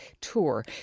tour